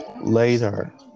Later